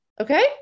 okay